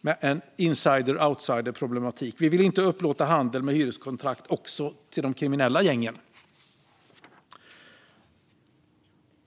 Det blir en insider/outsider-problematik, och vi vill inte upplåta handel med hyreskontrakt till de kriminella gängen.